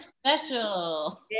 special